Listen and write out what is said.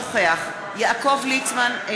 אינו נוכח יעקב ליצמן,